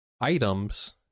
items